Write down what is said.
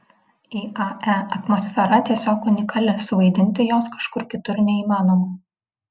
iae atmosfera tiesiog unikali suvaidinti jos kažkur kitur neįmanoma